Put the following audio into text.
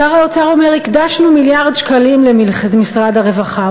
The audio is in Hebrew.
שר האוצר אומר: הקדשנו מיליארד שקלים למשרד הרווחה.